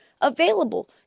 available